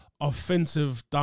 offensive